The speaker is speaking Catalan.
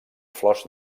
flors